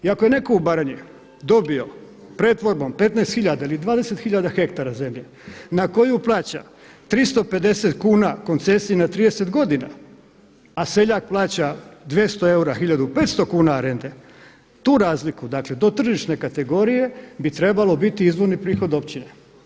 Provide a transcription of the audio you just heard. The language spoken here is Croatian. I ako je netko u Baranji dobio pretvorbom 15 tisuća ili 20 tisuća hektara zemlje na koju plaća 350 kuna koncesije na 30 godina a seljak plaća 200 eura 1500 kuna rente tu razliku dakle do tržišne kategorije bi trebalo biti izvorni prihod općina.